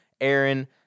Aaron